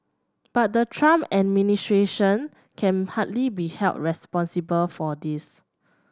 but the Trump administration can hardly be held responsible for this